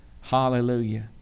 Hallelujah